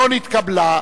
לא נתקבלה.